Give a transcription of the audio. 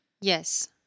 Yes